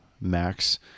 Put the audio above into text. max